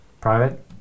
private